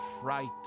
fright